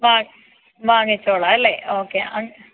വാങ്ങിച്ചോളാം അല്ലേ ഓക്കെ